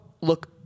look